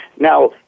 Now